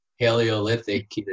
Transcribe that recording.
Paleolithic